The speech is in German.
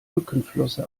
rückenflosse